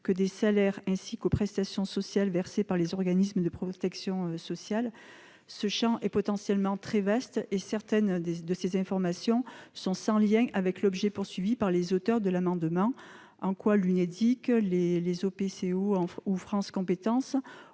que des salaires, ainsi qu'aux prestations sociales versées par les organismes de protection sociale. Ce champ est potentiellement très vaste, et certaines de ces informations sont sans lien avec l'objet visé par les auteurs de l'amendement. En quoi l'Unédic, les OPCO ou France compétences